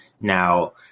Now